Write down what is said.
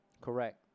Correct